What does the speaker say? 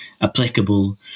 applicable